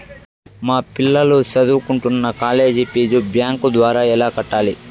మా పిల్లలు సదువుకుంటున్న కాలేజీ ఫీజు బ్యాంకు ద్వారా ఎలా కట్టాలి?